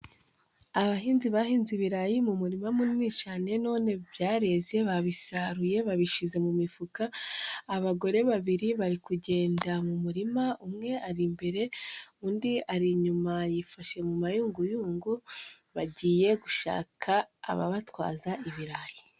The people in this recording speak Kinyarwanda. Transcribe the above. Abahinzi bahinze ibirayi mu murima munini cane none byareze babisaruye babishize mu mifuka abagore babiri bari kugenda mu murima umwe ari imbere undi ari inyuma yifashe mu mayunguyungu bagiye gushaka ababatwaza ibirayi.